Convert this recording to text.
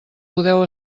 podeu